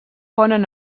ponen